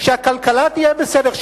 שהכלכלה תהיה בסדר,